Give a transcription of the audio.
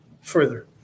Further